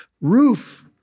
roof